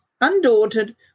Undaunted